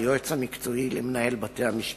היועץ המקצועי למנהל בתי-המשפט.